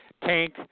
Tank